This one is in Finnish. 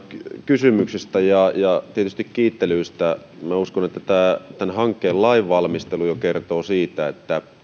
kysymyksistä ja tietysti kiittelyistä minä uskon että jo tämän hankkeen lainvalmistelu kertoo siitä että